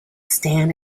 stand